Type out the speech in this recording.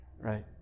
right